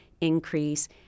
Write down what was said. increase